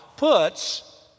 puts